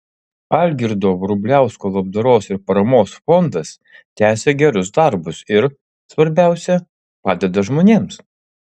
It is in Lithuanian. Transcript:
algirdo vrubliausko labdaros ir paramos fondas tęsia gerus darbus ir svarbiausia padeda žmonėms